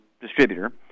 distributor